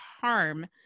harm